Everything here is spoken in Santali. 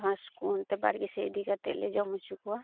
ᱜᱷᱟᱥᱠᱚ ᱚᱱᱛᱮ ᱵᱟᱲᱜᱮᱥᱮᱫ ᱤᱫᱤ ᱠᱟᱛᱮᱫ ᱞᱮ ᱡᱚᱢ ᱦᱚᱪᱚᱠᱚᱣᱟ